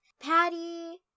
Patty